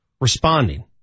responding